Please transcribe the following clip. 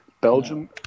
Belgium